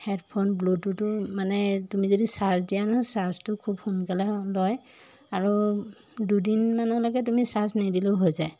headphone ব্লুটুথো মানে তুমি যদি চাৰ্জ দিয়া নহয় চাৰ্জটো খুব সোনকালে হ লয় আৰু দুদিনমানলৈকে তুমি চাৰ্জ নিদিলেও হৈ যায়